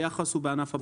היחס הוא בענף הבקר.